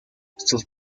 sus